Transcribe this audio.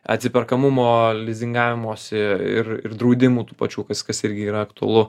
atsiperkamumo lizingavimosi ir ir draudimų tų pačių kas kas irgi yra aktualu